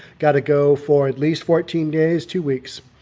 got to go for at least fourteen days, two weeks.